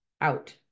out